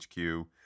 hq